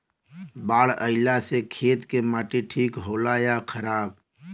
बाढ़ अईला से खेत के माटी ठीक होला या खराब?